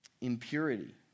Impurity